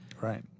Right